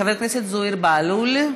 חבר הכנסת זוהיר בהלול,